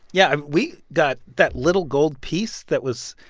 yeah, i mean, we got that little gold piece that was,